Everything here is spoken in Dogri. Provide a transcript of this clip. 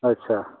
अच्छा